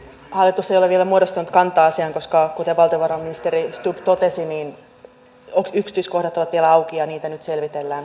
hallitus ei ole vielä muodostanut kantaa asiaan koska kuten valtiovarainministeri stubb totesi yksityiskohdat ovat vielä auki ja niitä nyt selvitellään